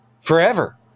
forever